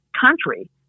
country